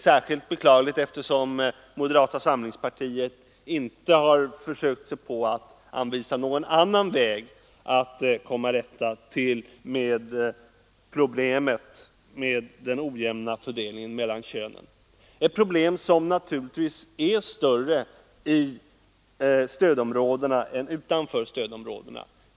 Särskilt beklagligt är att moderata samlingspartiet inte har försökt sig på att anvisa någon annan väg att komma till rätta med problemet med den ojämna fördelningen mellan könen, ett problem som naturligtvis är större i än utanför stödområdena.